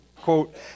quote